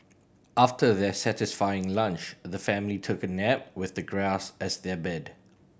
after their satisfying lunch the family took a nap with the grass as their bed